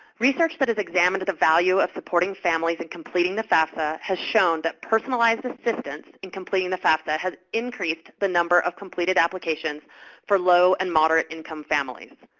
research that has examined the value of supporting families in completing the fafsa has shown that personalized assistance in completing the fafsa has increased the number of completed applications for low and moderate-income families.